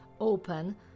open